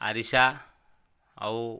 ଆରିସା ଆଉ